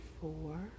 four